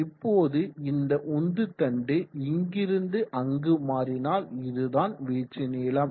இப்போது இந்த உந்துதண்டு இங்கிருந்து அங்கு மாறினால் இதுதான் வீச்சு நீளம்